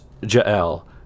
Jael